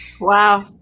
Wow